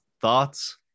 thoughts